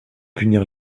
punir